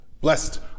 Blessed